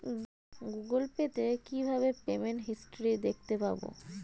Google Pay তে কিভাবে payment history দেখতে পারবো?